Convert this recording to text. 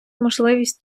можливість